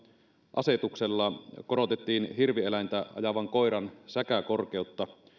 asetuksella korotettiin hirvieläintä ajavan koiran säkäkorkeutta